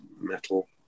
metal